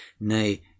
nay